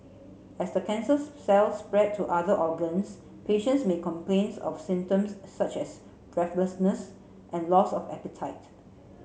as the cancer cells spread to other organs patients may complain of symptoms such as breathlessness and loss of appetite